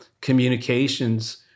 communications